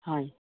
হয়